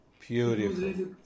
Beautiful